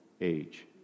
age